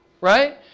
Right